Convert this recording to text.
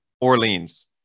Orleans